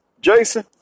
Jason